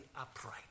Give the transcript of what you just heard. upright